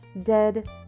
Dead